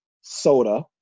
soda